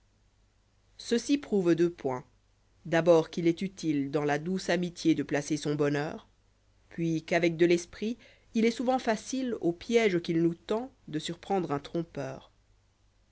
ceci prouve deux points d'abord qu'il est utile dans la douce amitié de placer son bonheur puis x qu'avec de l'esprit il est souvent facile au piège qu'il nous tend de surprendre un trompeur